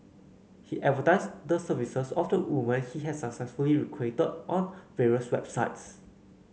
he advertised the services of the women he had successfully recruited on various websites